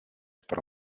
por